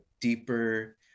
deeper